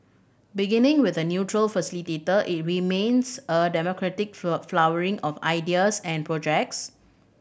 beginning with a neutral facilitator it remains a democratic flowering of ideas and projects